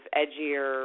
edgier